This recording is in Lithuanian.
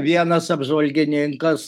vienas apžvalgininkas